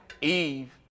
Eve